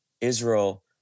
Israel